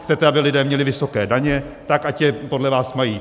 Chcete, aby lidé měli vysoké daně, tak ať je podle vás mají.